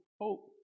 hope